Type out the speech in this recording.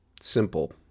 simple